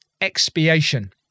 expiation